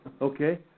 Okay